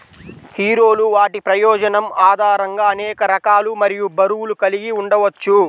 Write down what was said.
హీరోలు వాటి ప్రయోజనం ఆధారంగా అనేక రకాలు మరియు బరువులు కలిగి ఉండవచ్చు